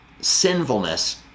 sinfulness